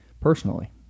personally